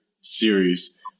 series